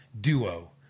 duo